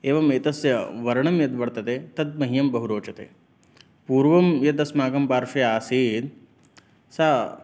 एवम् एतस्य वर्णः यद् वर्तते तत् मह्यं बहु रोचते पूर्वं यद् अस्माकं पार्श्वे आसीत् सः